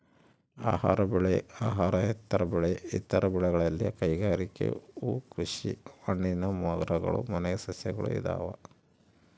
ಆಹಾರ ಬೆಳೆ ಅಹಾರೇತರ ಬೆಳೆ ಇತರ ಬೆಳೆಗಳಲ್ಲಿ ಕೈಗಾರಿಕೆ ಹೂಕೃಷಿ ಹಣ್ಣಿನ ಮರಗಳು ಮನೆ ಸಸ್ಯಗಳು ಇದಾವ